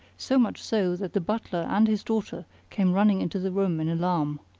so much so that the butler and his daughter came running into the room in alarm.